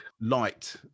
light